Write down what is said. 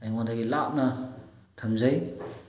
ꯑꯩꯉꯣꯟꯗꯒꯤ ꯂꯥꯞꯅ ꯊꯝꯖꯩ